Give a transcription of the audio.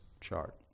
chart